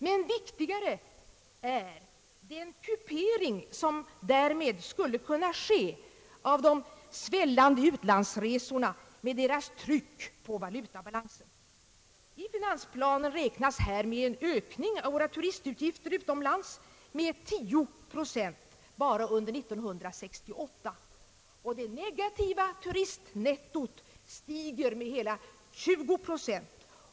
Men viktigare är den kupering som därmed skulle kunna ske av de svällande utlandsresorna med deras tryck på valutabalansen. I finansplanen räknas med en ökning av resorna utomlands med 10 procent bara under år 1968. Det negativa turistnettot stiger med hela 20 procent.